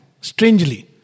strangely